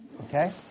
Okay